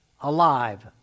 alive